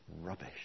Rubbish